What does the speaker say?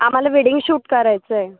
आम्हाला wedding shoot करायचं आहे